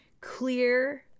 clear